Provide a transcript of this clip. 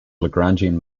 lagrangian